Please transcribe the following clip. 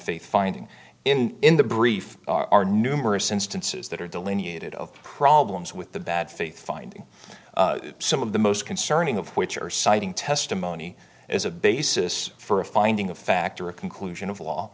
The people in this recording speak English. faith finding in in the brief are numerous instances that are delineated of problems with the bad faith finding some of the most concerning of which are citing testimony as a basis for a finding of fact or a conclusion of